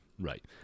right